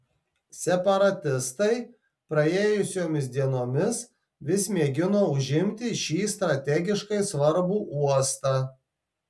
separatistai praėjusiomis dienomis vis mėgino užimti šį strategiškai svarbų uostą